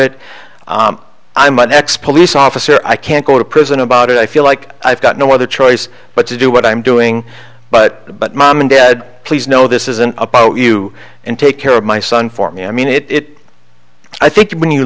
it i'm up next police officer i can't go to prison about it i feel like i've got no other choice but to do what i'm doing but but mom and dad please know this isn't about you and take care of my son for me i mean it it i think when you